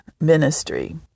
ministry